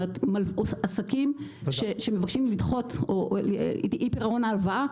עסקים שמבקשים לדחות או במצב של אי פירעון ההלוואה,